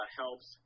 helps